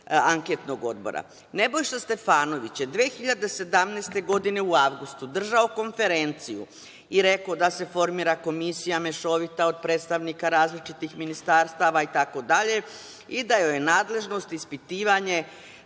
anketnog odbora. Nebojša Stefanović je 2017. godine u avgustu držao konferenciju i rekao da se formira komisija mešovita od predstavnika različitih ministarstava itd. i da joj je nadležnost ispitivanje